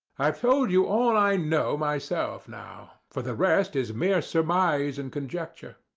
i've told you all i know myself now, for the rest is mere surmise and conjecture.